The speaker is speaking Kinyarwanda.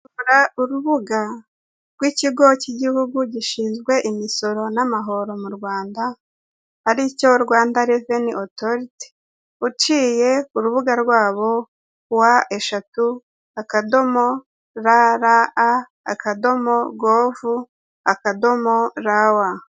Kora urubuga rw'ikigo cy'igihugu gishinzwe imisoro n'amahoro mu Rwanda ,aricyo Rwanda reveni otoriti (RRA) uciye ku rubuga rwabo w eshatu akadomo rra akadomo govu akadomo rw.